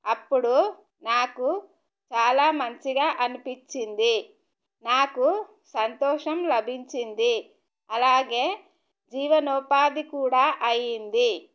అప్పుడు నాకు చాలా మంచిగా అనిపించింది నాకు సంతోషం లభించింది అలాగే జీవనోపాధి కూడా అయ్యింది